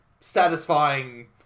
satisfying